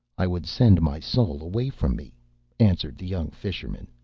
i would send my soul away from me answered the young fisherman.